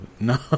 No